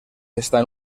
estan